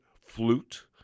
flute